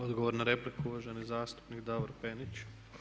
Odgovor na repliku uvaženi zastupnik Davor Penić.